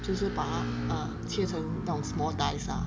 就是把它切成到 small dice ah